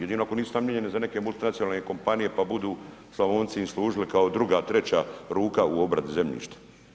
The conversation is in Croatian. Jedino ako nisu namijenjene za neke multinacionalne kompanije pa budu Slavonci im služili kao druga, treća ruka u obradi zemljišta.